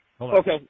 Okay